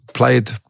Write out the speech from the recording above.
Played